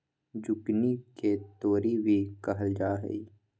zucchini के तोरी भी कहल जाहई